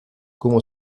como